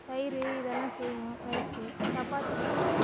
தயிர் இதெல்லாம் செய்வோம் ரைஸ்க்கு சப்பாத்திக்கு